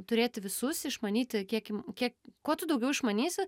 turėti visus išmanyti kiek im kuo tu daugiau išmanysi